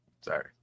Sorry